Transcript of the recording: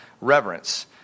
reverence